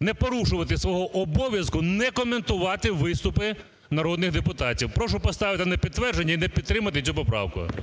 не порушувати свого обов'язку не коментувати виступи народних депутатів. Прошу поставити на підтвердження і не підтримати цю поправку. ГОЛОВУЮЧИЙ.